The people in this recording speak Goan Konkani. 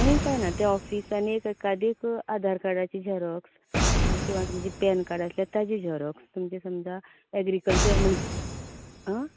आनी कांय ना ते ऑफिस आनी एकादी आधार कार्डाची जेरोक्स आनी किंवां तुमचे पॅन काड आसल्यार ताजें जेरोक्स तुमचे सुद्दां एग्रिक्लचर म्हण आं